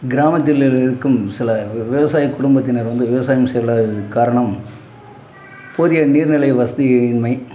கிராமத்தில் இருக்கும் சில விவ விவசாய குடும்பத்தினர் வந்து விவசாயம் செய்லாததுக்கு காரணம் போதிய நீர் நிலை வசதியின்மை